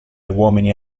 uomini